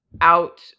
out